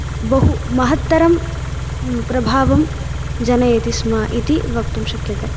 बहु महत्तरं प्रभावं जनेति स्म इति वक्तुं शक्यते